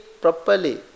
properly